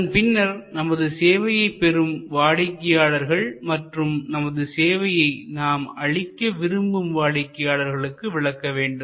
அதன் பின்னர் நமது சேவையைப்பெறும் வாடிக்கையாளர்கள் மற்றும் நமது சேவையை நாம் அளிக்க விரும்பும் வாடிக்கையாளர்களுக்கு விளக்க வேண்டும்